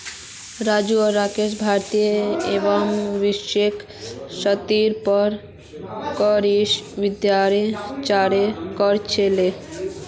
राजू आर राकेश भारतीय एवं वैश्विक स्तरेर पर कृषि उद्योगगेर चर्चा क र छीले